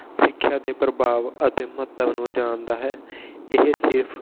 ਸਿੱਖਿਆ ਦੇ ਪ੍ਰਭਾਵ ਅਤੇ ਮਹੱਤਵ ਨੂੰ ਜਾਣਦਾ ਹੈ ਇਹ ਸਿਰਫ